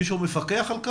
מישהו מפקח על זה?